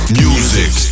music